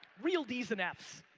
real d's and f's